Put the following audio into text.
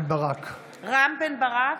רם בן ברק.